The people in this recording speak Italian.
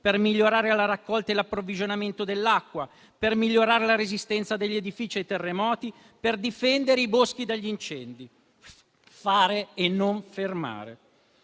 per migliorare la raccolta e l'approvvigionamento dell'acqua, per migliorare la resistenza degli edifici ai terremoti, per difendere i boschi dagli incendi. Fare e non fermare.